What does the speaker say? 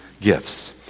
gifts